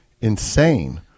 insane